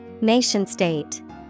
Nation-state